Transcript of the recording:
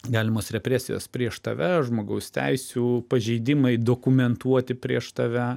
galimos represijos prieš tave žmogaus teisių pažeidimai dokumentuoti prieš tave